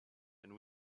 and